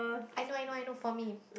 I know I know I know for me